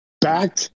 Back